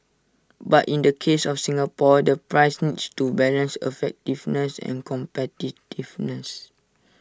but in the case of Singapore the price needs to balance effectiveness and competitiveness